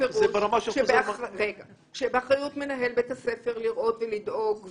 בפירוש שבאחריות מנהל בית הספר לראות ולדאוג,